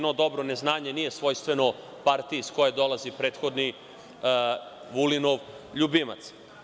No dobro, neznanje nije svojstveno partiji iz koje dolazi prethodni Vulinov ljubimac.